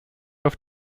auf